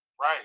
Right